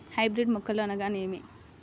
Hybrid మొక్కలు అనగానేమి?